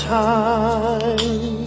time